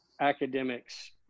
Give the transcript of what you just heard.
academics